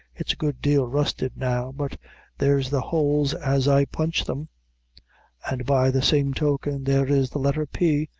it's a good deal rusted now, but there's the holes as i punched them and by the same token, there is the letter p,